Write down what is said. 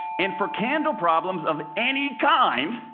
and for candle problems of any kind,